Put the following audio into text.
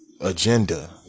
agenda